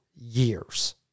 years